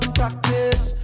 practice